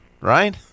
right